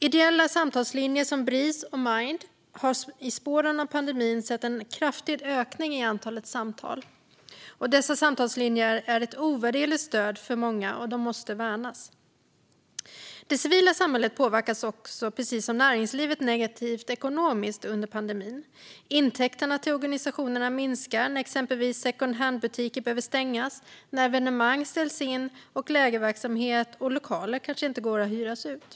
Ideella samtalslinjer som Bris och Mind har i spåren av pandemin sett en kraftig ökning av antalet samtal. Dessa samtalslinjer är ett ovärderligt stöd för många, och de måste värnas. Det civila samhället påverkas, precis som näringslivet, negativt ekonomiskt under pandemin. Intäkterna till organisationerna minskar när exempelvis secondhandbutiker behöver stänga, när evenemang ställs in och när lägerverksamhet och lokaler kanske inte går att hyra ut.